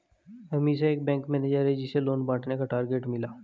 अमीषा एक bank manager है जिसे लोन बांटने का टारगेट मिला